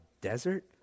desert